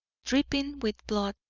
dripping with blood.